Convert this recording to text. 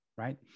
Right